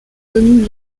domine